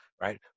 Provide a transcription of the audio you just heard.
right